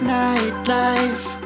nightlife